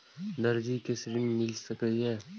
दर्जी कै ऋण मिल सके ये?